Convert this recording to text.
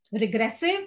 regressive